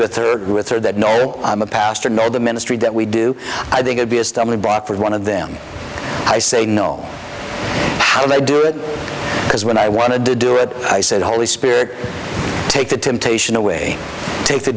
with third with her that i'm a pastor now the ministry that we do i think would be a stumbling block for one of them i say no i do it because when i want to do it i said holy spirit take the temptation away take the